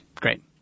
Great